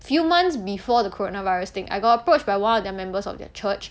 few months before the corona virus thing I got approached by one of their members of their church